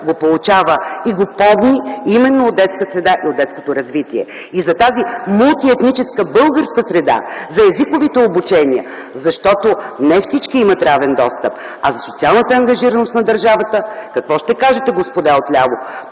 го получава и го помни именно от детска среда и от детското развитие. И за тази мултиетническа българска среда, за езиковите обучения, защото не всички имат равен достъп, а за социалната ангажираност на държавата какво ще кажете, господа, отляво?